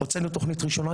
הוצאנו תוכנית ראשונה,